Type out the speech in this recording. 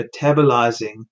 metabolizing